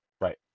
Right